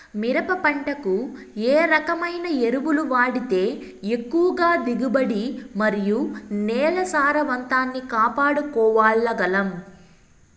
మిరప పంట కు ఏ రకమైన ఎరువులు వాడితే ఎక్కువగా దిగుబడి మరియు నేల సారవంతాన్ని కాపాడుకోవాల్ల గలం?